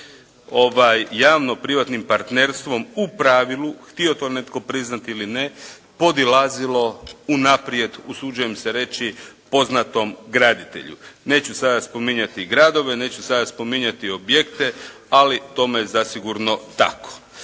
se javno privatnim partnerstvom u pravilu, htio to netko priznati ili ne podilazilo unaprijed usuđujem se reći poznatom graditelju. Neću sada spominjati gradove, neću sada spominjati objekte, ali to je zasigurno tako.